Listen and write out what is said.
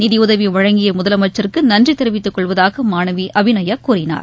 நிதியுதவி வழங்கிய முதலமைச்சருக்கு நன்றி தெரிவித்துக் கொள்வதாக மாணவி அபிநயா கூறினார்